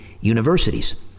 universities